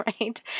right